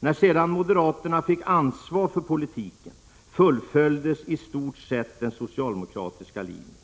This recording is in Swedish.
När sedan moderaterna fick ansvar för politiken, fullföljdes i stort sett den socialdemokratiska linjen.